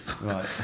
Right